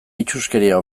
itsuskeria